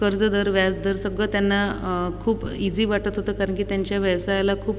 कर्जदर व्याजदर सगळं त्यांना खूप ईझी वाटत होतं कारण की त्यांच्या व्यवसायाला खूप